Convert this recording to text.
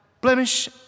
blemish